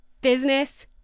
Business